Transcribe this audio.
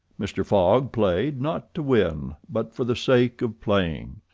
mr. fogg played, not to win, but for the sake of playing.